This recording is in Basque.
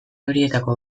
horietako